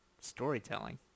storytelling